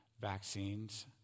vaccines